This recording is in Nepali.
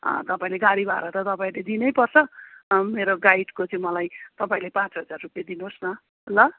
तपाईँले गाडी भाडा त तपाईँले दिनै पर्छ मेरो गाइडको चाहिँ मलाई तपाईँले पाँच हजार रुपियाँ दिनुहोस् न ल